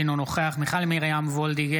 אינו נוכח מיכל מרים וולדיגר,